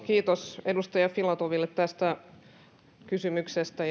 kiitos edustaja filatoville tästä kysymyksestä